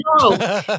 No